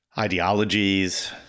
Ideologies